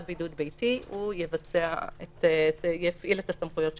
בידוד ביתי הוא יפעיל את הסמכויות שניתנו.